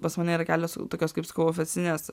pas mane yra kelios tokios kaip sakau ofisinės